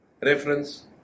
reference